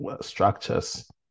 structures